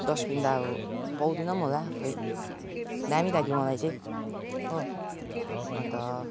dustbin त अब पाउँदैन पनि होला खै दामी लाग्यो मलाई चाहिँ हो अन्त